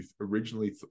originally